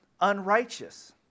unrighteous